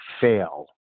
fail